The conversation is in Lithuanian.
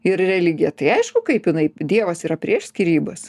ir religija tai aišku kaip jinai dievas yra prieš skyrybas